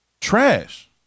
trash